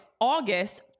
August